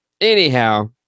anyhow